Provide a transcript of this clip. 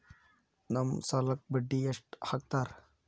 ನಮ್ ಸಾಲಕ್ ಬಡ್ಡಿ ಎಷ್ಟು ಹಾಕ್ತಾರ?